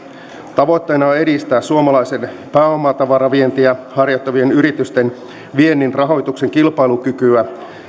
tavoitteena on edistää suomalaisten pääomatavaravientiä harjoittavien yritysten viennin rahoituksen kilpailukykyä